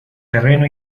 terreno